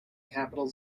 capital